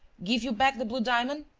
give you back the blue diamond?